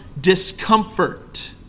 discomfort